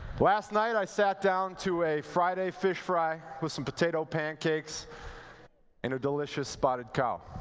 last night, i sat down to a friday fish fry, with some potato pancakes and a delicious spotted cow.